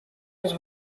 his